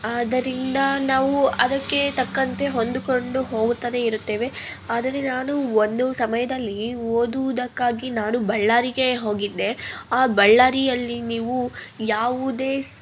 ಆದ್ದರಿಂದ ನಾವು ಅದಕ್ಕೆ ತಕ್ಕಂತೆ ಹೊಂದಿಕೊಂಡು ಹೋಗುತ್ತಲೇ ಇರುತ್ತೇವೆ ಆದರೆ ನಾನು ಒಂದು ಸಮಯದಲ್ಲಿ ಓದುವುದಕ್ಕಾಗಿ ನಾನು ಬಳ್ಳಾರಿಗೆ ಹೋಗಿದ್ದೆ ಆ ಬಳ್ಳಾರಿಯಲ್ಲಿ ನೀವು ಯಾವುದೇ